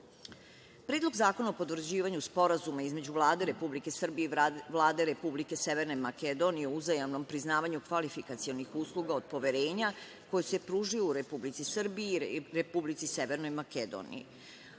tržištu. Predlog zakona o potvrđivanju Sporazuma između Vlade Republike Srbije i Vlade Republike Severne Makedonije o uzajamnom priznavanju kvalifikacionih usluga poverenja, koje se pružaju u Republici Srbiji i Republici Severnoj Makedoniji